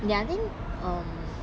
ya I think um